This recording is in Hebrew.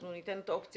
אנחנו ניתן את האופציה.